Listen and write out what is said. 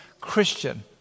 Christian